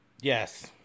Yes